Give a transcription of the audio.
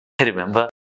Remember